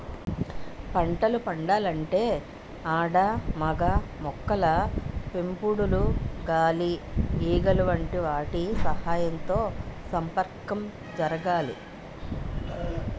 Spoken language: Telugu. పంటలు పండాలంటే ఆడ మగ మొక్కల పుప్పొడులు గాలి ఈగలు వంటి వాటి సహాయంతో సంపర్కం జరగాలి